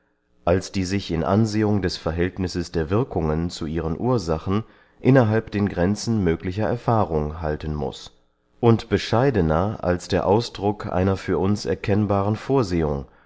als die sich in ansehung des verhältnisses der wirkungen zu ihren ursachen innerhalb den grenzen möglicher erfahrung halten muß und bescheidener als der ausdruck einer für uns erkennbaren vorsehung